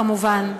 כמובן,